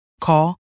Call